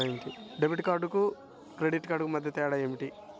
Debit కార్డుకు credit కార్డుకు మధ్య తేడా ఏమిటీ?